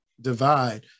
divide